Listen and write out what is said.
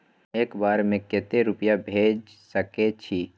एक बार में केते रूपया भेज सके छी?